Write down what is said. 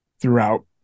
throughout